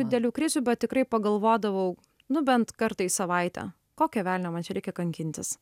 didelių krizių bet tikrai pagalvodavau nu bent kartą į savaitę kokio velnio man čia reikia kankintis tai čia labai dažnai jėgų